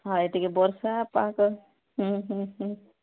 ହଁ ଟିକିଏ ବର୍ଷା ପାଗ